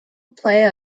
played